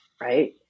right